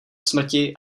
smrti